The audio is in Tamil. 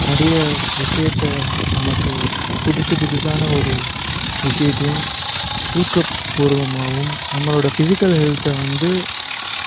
நிறைய விஷயத்தை நமக்கு புதுசு புதுசான ஒரு விஷயத்தையும் ஊக்கபூர்வமாகவும் நம்மளோட ஃபிஸிக்கல் ஹெல்த்தை வந்து